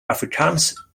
afrikaans